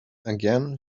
again